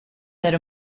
that